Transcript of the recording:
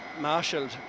marshaled